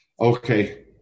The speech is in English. Okay